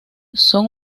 son